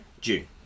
June